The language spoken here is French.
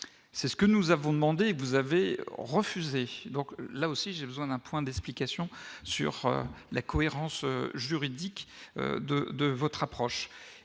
c'est ce que nous avons demandé, vous avez refusé, donc là aussi, j'ai besoin d'un point d'explications sur la cohérence juridique de de votre approche